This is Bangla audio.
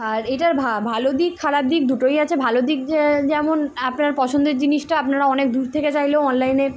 আর এটার ভ ভালো দিক খারাপ দিক দুটোই আছে ভালো দিক যেমন আপনার পছন্দের জিনিসটা আপনারা অনেক দূর থেকে চাইলেও অনলাইনে